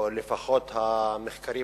או לפחות המחקרים